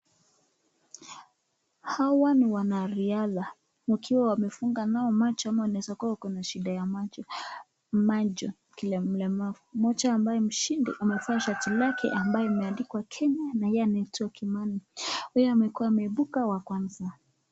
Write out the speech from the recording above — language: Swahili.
Hawa ni wanariadha wakiwa wamefunga nao macho ama wanaeza kuwa wako na shida ya macho. Kila mlemavu mmoja ambaye ni mshindi amevaa shati lake ambayo imeandikwa kenya, na yeye anaitwa Kimani huyo amekuwa ameibuka wa kwanza.